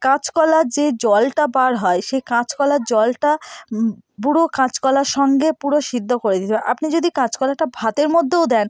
কাঁচকলার যে জলটা বার হয় সেই কাঁচকলার জলটা পুরো কাঁচকলার সঙ্গে পুরো সিদ্ধ করে দিতে হবে আপনি যদি কাঁচকলাটা ভাতের মধ্যেও দেন